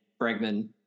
Bregman